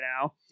now